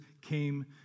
came